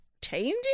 changing